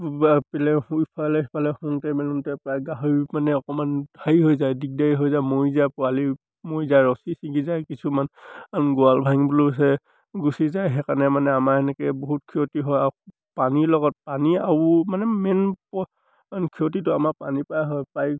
বা ইফালে সিফালে শুওঁতে মেলোঁতে প্ৰায় গাহৰি মানে অকণমান হেৰি হৈ যায় দিগদাৰী হৈ যায় মৰি যায় পোৱালি মৰি যায় ৰছী ছিঙি যায় কিছুমানে ওৱাল ভাঙিবলৈ বিচাৰে গুচি যায় সেইকাৰণে মানে আমাৰ এনেকৈ বহুত ক্ষতি হয় আৰু পানীৰ লগত পানী আৰু মানে মেইন মেইন ক্ষতিটো আমাৰ পানীৰপৰাই হয় প্ৰায়